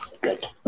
Good